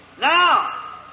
Now